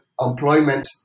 employment